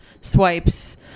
swipes